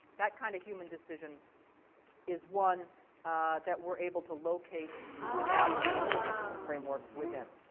that kind of human decision is one that we're able to locate the value system and ethical framework within.